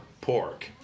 pork